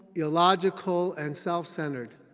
illogical, and self-centered.